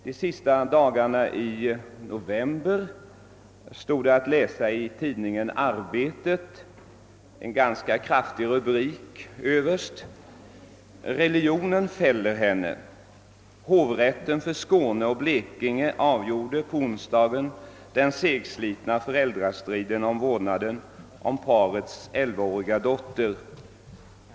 De sista dagarna i november stod det att läsa i tidningen Arbetet en ganska kraftig rubrik överst på sidan: »Religionen fäller henne. Hovrätten för Skåne och Blekinge avgjorde på onsdagen den segslitna föräldrastriden om vårdnaden om parets elvaåriga dotter.